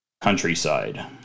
countryside